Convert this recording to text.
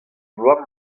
bloaz